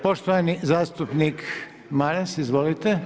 Poštovani zastupnik Maras, izvolite.